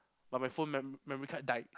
but my phone mem~ memory card died